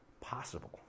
possible